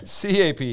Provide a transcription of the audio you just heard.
CAP